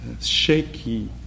shaky